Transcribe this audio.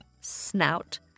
snout